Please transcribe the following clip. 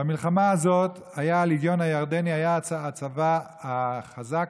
במלחמה הזאת היה הלגיון הירדני הצבא החזק